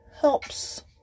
Helps